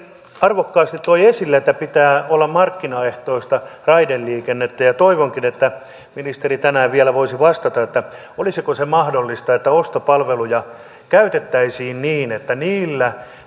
arvokkaasti toi esille että pitää olla markkinaehtoista raideliikennettä ja toivonkin että ministeri tänään vielä voisi vastata olisiko se mahdollista että ostopalveluja käytettäisiin niin että niillä